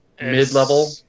mid-level